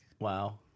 Wow